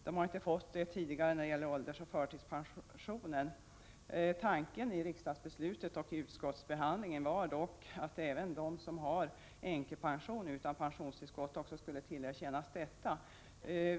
De har inte fått det tidigare när det gäller åldersoch förtidspensionen. Tanken i utskottsbehandlingen och i riksdagens beslut var dock att även de som har änkepension utan pensionstillskott skall tillerkännas detta.